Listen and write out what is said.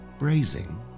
brazing